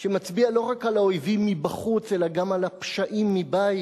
שמצביע לא רק על האויבים מבחוץ אלא גם על הפשעים מבית,